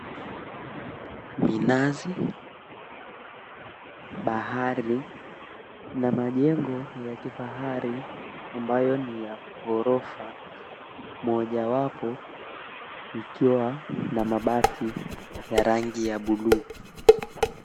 Minazi, bahari, na majengo ya kifahari ambayo ni ya ghorofa mojawapo ikiwa na mabati ya rangi ya buluu.